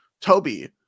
Toby